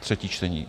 Třetí čtení.